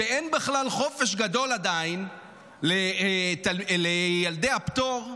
שאין בכלל חופש גדול עדיין לילדי הפטור,